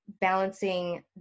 balancing